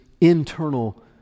internal